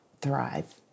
thrive